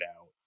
out